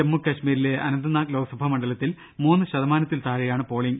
ജമ്മുകശ്മീരിലെ അനന്തനാഗ് ലോക്സഭാ മണ്ഡല ത്തിൽ മൂന്ന് ശതമാനത്തിൽ താഴെയാണ് പോളിങ്ങ്